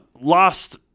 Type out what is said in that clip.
lost